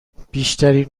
بیشترین